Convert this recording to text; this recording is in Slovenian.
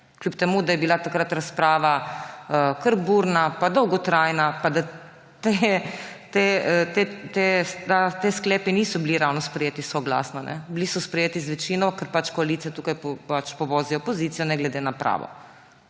Kljub temu da je bila takrat razprava kar burna pa dolgotrajna in da ti sklepi niso bili sprejeti ravno soglasno. Bili so sprejeti z večino, ker pač koalicija tukaj povozi opozicijo ne glede na pravo.